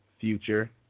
future